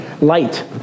light